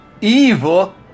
evil